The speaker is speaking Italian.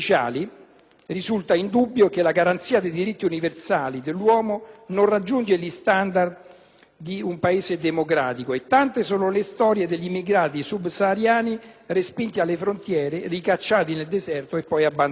risulta indubbio che la garanzia dei diritti universali dell'uomo non raggiunge gli *standards* di un Paese democratico, e tante sono le storie degli immigrati subsahariani respinti alle frontiere, ricacciati nel deserto, abbandonati.